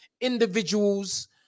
individuals